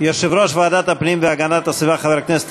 יושב-ראש ועדת הפנים והגנת הסביבה חבר הכנסת